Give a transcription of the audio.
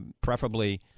preferably